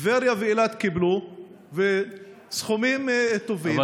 טבריה ואילת קיבלו סכומים טובים,